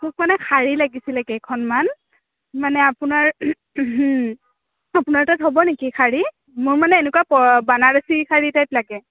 মোক মানে শাড়ী লাগিছিলে কেইখনমান মানে আপোনাৰ আপোনাৰ তাত হ'ব নেকি শাড়ী মই মানে এনেকুৱা বানাৰসী শাড়ী টাইপ লাগে